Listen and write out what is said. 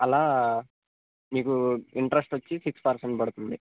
అలా మీకు ఇంట్రెస్ట్ వచ్చి సిక్స్ పర్సెంట్ పడుతుంది